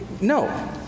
no